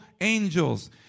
angels